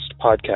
podcast